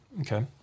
Okay